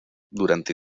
durante